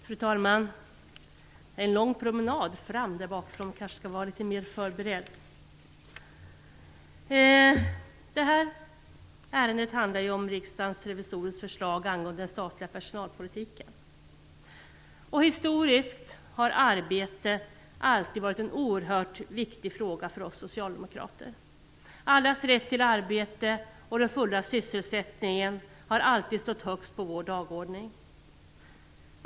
Fru talman! Detta ärende handlar om riksdagens revisorers förslag angående den statliga personalpolitiken. Historiskt har arbete alltid varit en oerhört viktig fråga för oss socialdemokrater. Allas rätt till arbete och den fulla sysselsättningen har alltid stått högt på vår dagordning.